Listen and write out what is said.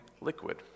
liquid